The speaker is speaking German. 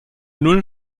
null